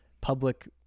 public